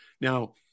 Now